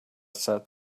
said